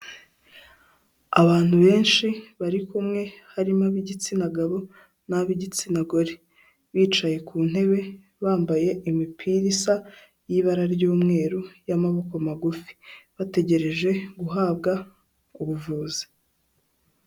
Abantu benshi bari kumwe harimo ab'igitsina gabo n'ab'igitsina gore, bicaye ku ntebe bambaye imipirasa y'ibara ry'umweru y'amaboko magufi bategereje guhabwa ubuvuzi.